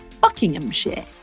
Buckinghamshire